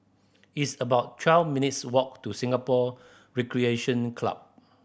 it's about twelve minutes' walk to Singapore Recreation Club